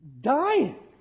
dying